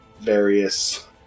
various